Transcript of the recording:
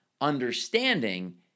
Understanding